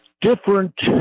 Different